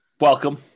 welcome